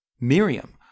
Miriam